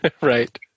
Right